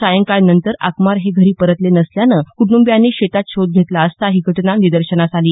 सायंकाळनंतरही आकमार हे घरी परतले नसल्यानं कुटुंबीयांनी शेतात शोध घेतला असता ही घटना निदर्शनास आली